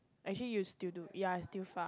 I hear you still do ya is still far